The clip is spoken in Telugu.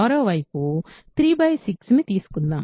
మరోవైపు 3 6 ని తీసుకుందాం